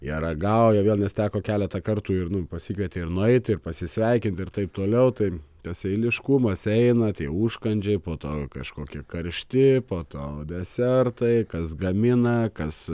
jie ragauja vėl nes teko keletą kartų ir nu pasikvietė ir nueiti ir pasisveikint ir taip toliau tai tas eiliškumas eina tai užkandžiai poto kažkokie karšti po to desertai kas gamina kas